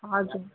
हजुर